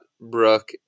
Brooke